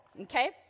okay